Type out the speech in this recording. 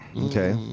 Okay